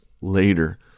later